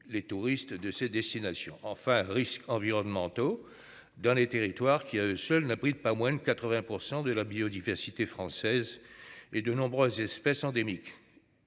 Les touristes de ces destinations enfin risques environnementaux dans les territoires qui à eux seuls n'abrite pas moins de 80% de la biodiversité française et de nombreuses espèces endémiques.